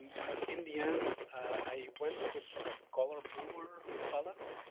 but in the end i went with a colorbrewer palette.